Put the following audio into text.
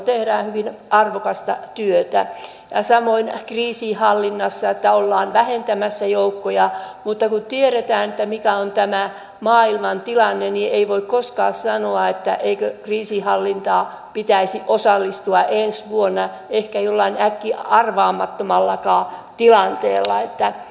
ja kun puhutaan siitä että suomen väki harmaantuu ja ennen kaikkea miten käy huoltosuhteelle niin kun muun muassa valtion taloudellinen tutkimuskeskus vatt on arvioinut sitä kuinka paljon taloudellisesti vaikuttaa tämä maahanmuuton määrä niin arvio on hyvin yksikantaan